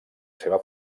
seva